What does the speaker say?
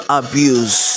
abuse